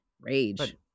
rage